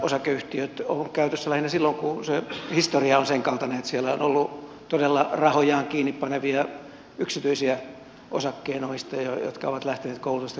osakeyhtiöt ovat käytössä lähinnä silloin kun se historia on senkaltainen että siellä on ollut todella rahojaan kiinni panevia yksityisiä osakkeenomistajia jotka ovat lähteneet koulutusta kehittämään